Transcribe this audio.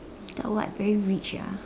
thought what very rich ah !huh!